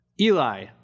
Eli